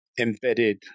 embedded